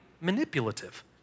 manipulative